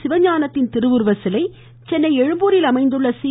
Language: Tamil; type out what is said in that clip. சிவஞானத்தின் திருவுருவ சிலை சென்னை எழும்பூரில் அமைந்துள்ள சி